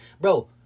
Bro